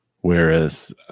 Whereas